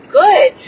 good